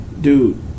dude